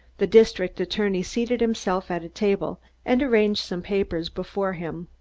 the district attorney seated himself at a table and arranged some papers before him.